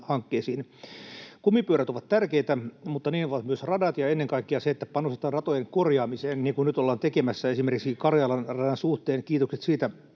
hankkeisiin. Kumipyörät ovat tärkeitä mutta niin ovat myös radat ja ennen kaikkea se, että panostetaan ratojen korjaamiseen, niin kuin nyt ollaan tekemässä esimerkiksi Karjalan radan suhteen. Kiitokset siitä